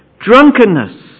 Drunkenness